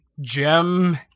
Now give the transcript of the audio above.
gem